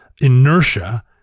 inertia